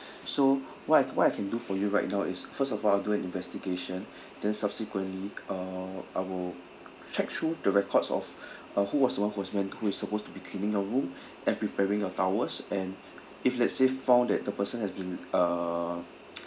so what I what I can do for you right now is first of all I'll do an investigation then subsequently uh I will check through the records of uh who was the one who was meant who is supposed to be cleaning your room and preparing your towels and if let's say found that the person has been uh